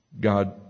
God